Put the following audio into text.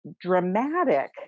dramatic